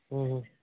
ਹੂੰ ਹੂੰ